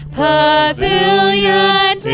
pavilion